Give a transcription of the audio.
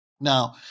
Now